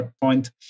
point